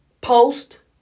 post